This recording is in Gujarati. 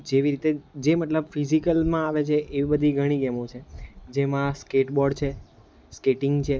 જેવી રીતે જે મતલબ ફિઝિકલમાં આવે છે એવી બધી ઘણી ગેમો છે જેમાં સ્કેટબોર્ડ છે સ્કેટિંગ છે